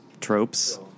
tropes